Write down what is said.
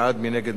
בבקשה, רבותי.